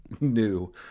new